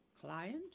client